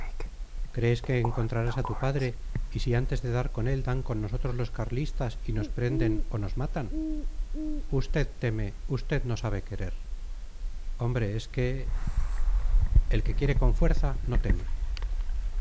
crees que encontrarás a tu padre y si antes de dar con él dan con nosotros los carlistas y nos prenden o nos matan usted teme usted no sabe querer hombre es que el que quiere con fuerza no teme